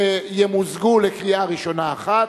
שימוזגו לקריאה ראשונה אחת,